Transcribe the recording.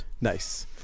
Nice